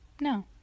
no